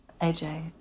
AJ